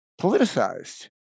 politicized